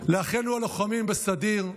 להכנתה לקריאה שנייה ושלישית,